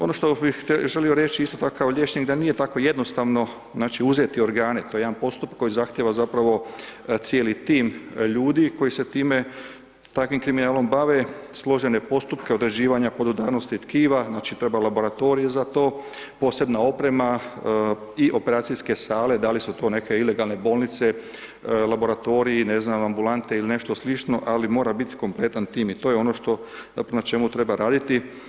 Ono što bi želio reći isto tako kao liječnik da nije tako jednostavno znači uzeti organe, to je jedan postupak koji zahtjeva zapravo cijeli tim ljudi koji se time, takvim kriminalom bave, složene postupke, određivanja podudarnosti tkiva, znači treba laboratorije za to, posebna oprema i operacijske sale, da li su to neke ilegalne bolnice, laboratoriji, ne znam, ambulante ili nešto slično ali mora biti kompletan tim i to je ono što zapravo na čemu treba raditi.